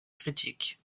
critique